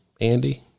Andy